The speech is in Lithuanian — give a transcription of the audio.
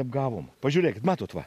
apgavom pažiūrėkit matot va